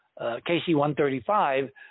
kc-135